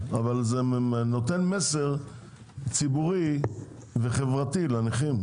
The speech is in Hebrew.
אבל זה נותן מסר ציבורי וחברתי לנכים,